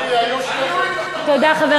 עפו,